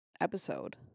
episode